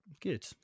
good